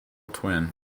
twin